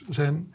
zijn